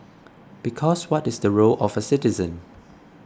because what is the role of a citizen